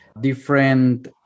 different